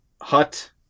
hut